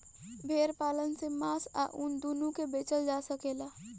भेड़ पालन से मांस आ ऊन दूनो के बेचल जा सकेला